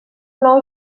nou